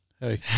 Hey